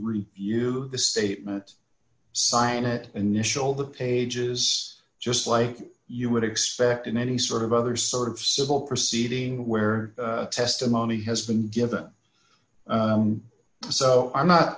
you the statement sign it initial the pages just like you would expect in any sort of other sort of civil proceeding where testimony has been given so i'm not